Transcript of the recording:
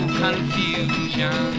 confusion